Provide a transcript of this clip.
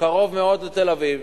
קרוב מאוד לתל-אביב.